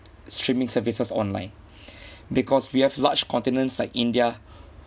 streaming services online because we have large continents like india